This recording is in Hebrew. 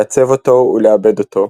לעצב אותו ולעבד אותו,